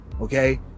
okay